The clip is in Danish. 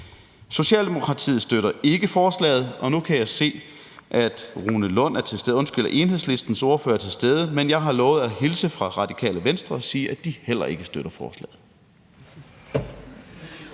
Socialdemokratiet støtter ikke forslaget, og nu kan jeg se, at Enhedslistens ordfører er til stede, men jeg har lovet at hilse fra Radikale Venstre og sige, at de heller ikke støtter forslaget.